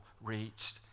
reached